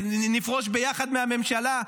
נפרוש ביחד מהממשלה.